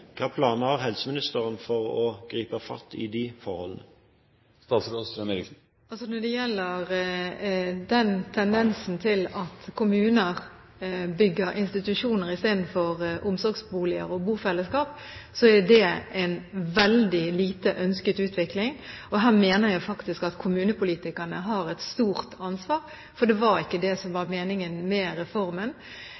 har helseministeren for å gripe fatt i de forholdene? Når det gjelder tendensen til at kommuner bygger institusjoner istedenfor omsorgsboliger og bofellesskap, er det en veldig lite ønsket utvikling, og her mener jeg faktisk at kommunepolitikerne har et stort ansvar, for det var ikke det som var